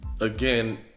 again